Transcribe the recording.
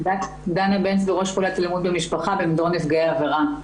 אני ראש חוליית אלימה במשפחה במדור נפגעי עבירה.